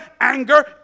anger